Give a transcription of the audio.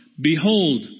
Behold